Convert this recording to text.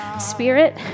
spirit